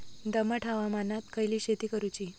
दमट हवामानात खयली शेती करूची?